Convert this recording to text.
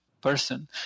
person